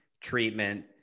treatment